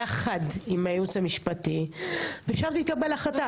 יחד עם הייעוץ המשפטי ושם תתקבל החלטה.